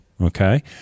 Okay